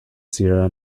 sierra